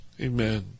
amen